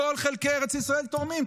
כל חלקי ארץ ישראל תורמים.